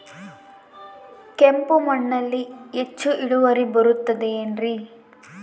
ಕೆಂಪು ಮಣ್ಣಲ್ಲಿ ಹೆಚ್ಚು ಇಳುವರಿ ಬರುತ್ತದೆ ಏನ್ರಿ?